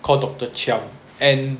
called doctor chiang and